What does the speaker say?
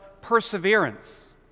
perseverance